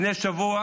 לפני שבוע